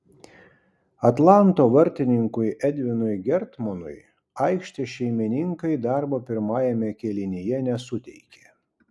atlanto vartininkui edvinui gertmonui aikštės šeimininkai darbo pirmajame kėlinyje nesuteikė